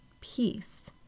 peace